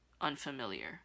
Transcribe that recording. unfamiliar